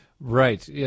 Right